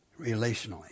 relationally